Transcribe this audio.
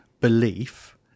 belief